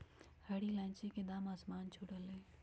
हरी इलायची के दाम आसमान छू रहलय हई